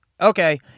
Okay